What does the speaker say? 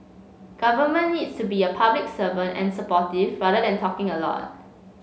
government needs to be a public servant and supportive rather than talking a lot